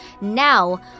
Now